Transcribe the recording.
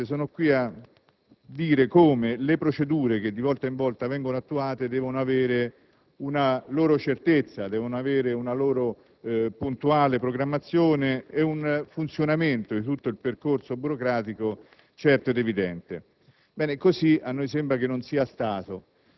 Pertanto, tramite queste premesse, sono qui a dire che le procedure che di volta in volta vengono attuate devono avere una loro certezza, una loro puntuale programmazione e che deve esservi un funzionamento di tutto il percorso burocratico certo ed evidente.